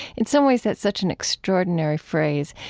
in some ways that's such an extraordinary phrase.